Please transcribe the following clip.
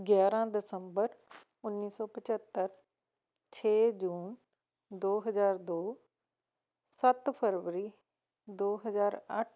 ਗਿਆਰ੍ਹਾਂ ਦਸੰਬਰ ਉੱਨੀ ਸੌ ਪੰਝੱਤਰ ਛੇ ਜੂਨ ਦੋ ਹਜ਼ਾਰ ਦੋ ਸੱਤ ਫਰਵਰੀ ਦੋ ਹਜ਼ਾਰ ਅੱਠ